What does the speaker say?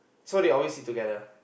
so they always sit together